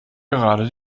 gerade